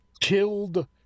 killed